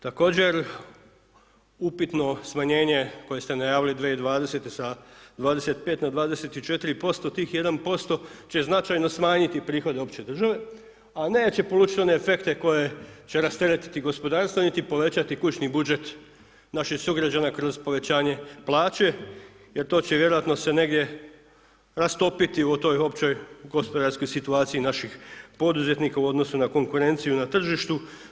Također, upitno smanjenje koje ste najavili 2020. sa 25 na 24% tih 1% će značajno smanjiti prihode opće države, a neće polučit one efekte koje će rasteretiti gospodarstvo niti povećati kućni budžet naših sugrađana kroz povećanje plaće, jer to će se vjerojatno se negdje rastopiti u toj općoj gospodarskoj situaciji naših poduzetnika u odnosu na konkurenciju na tržištu.